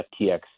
FTX